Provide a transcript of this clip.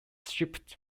shipped